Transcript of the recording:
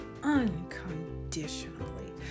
unconditionally